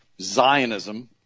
Zionism